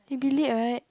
they delete right